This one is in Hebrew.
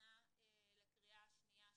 להכנה לקריאה שנייה ושלישית.